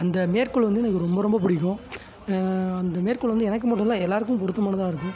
அந்த மேற்கோள் வந்து எனக்கு ரொம்ப ரொம்ப பிடிக்கும் அந்த மேற்கோள் வந்து எனக்கு மட்டும் இல்லை எல்லோருக்கும் பொருத்தமானதாக இருக்கும்